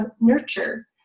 Nurture